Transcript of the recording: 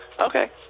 Okay